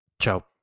Ciao